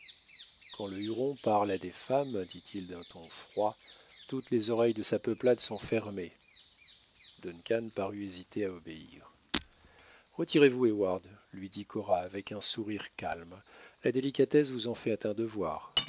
quand le huron parle à des femmes dit-il d'un ton froid toutes les oreilles de sa peuplade sont fermées duncan parut hésiter à obéir retirez-vous heyward lui dit cora avec un sourire calme la délicatesse vous en fait un devoir